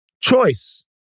Choice